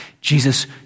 Jesus